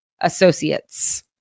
Associates